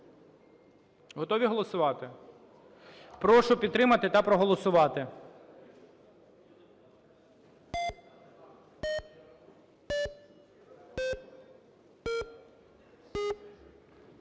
Готові голосувати? Прошу підтримати та проголосувати.